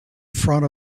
front